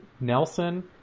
Nelson